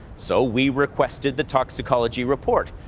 so we requested the toxicology report,